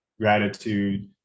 gratitude